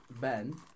Ben